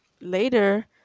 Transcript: later